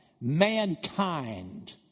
mankind